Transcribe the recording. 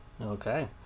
Okay